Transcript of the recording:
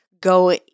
go